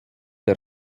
der